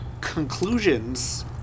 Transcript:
conclusions